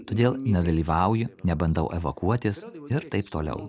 todėl nedalyvauju nebandau evakuotis ir taip toliau